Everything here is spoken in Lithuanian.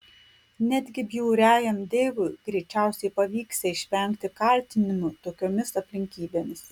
netgi bjauriajam deivui greičiausiai pavyksią išvengti kaltinimų tokiomis aplinkybėmis